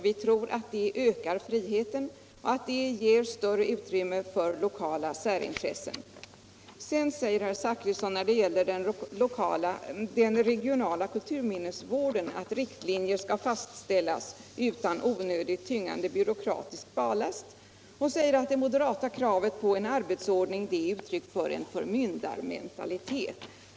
Vi tror att det ökar friheten och ger större utrymme för lokala särintressen. Herr Zachrisson säger att riktlinjer för den regionala kulturminnesvården skall fastställas utan onödigt tyngande byråkratisk barlast och att det moderata kravet på arbetsordning är uttryck för en förmyndarmentalitet.